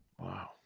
Wow